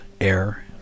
air